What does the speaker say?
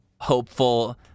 hopeful